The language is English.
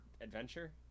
adventure